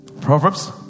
Proverbs